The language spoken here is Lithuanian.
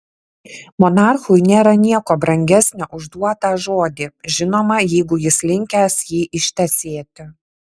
monarchui nėra nieko brangesnio už duotą žodį žinoma jeigu jis linkęs jį ištesėti